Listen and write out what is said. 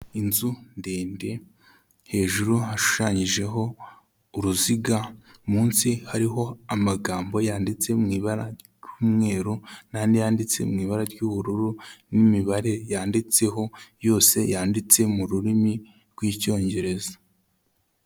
Inzu ndende hejuru hashushanyijeho uruziga, munsi hariho amagambo yanditse mu ibara ry'umweru n'andi yanditse mu ibara ry'ubururu n'imibare yanditseho yose yanditse mu rurimi rw'Icyongereza.